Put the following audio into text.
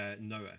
Noah